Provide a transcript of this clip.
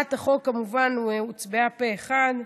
הצעת החוק, כמובן, הוצבעה פה אחד.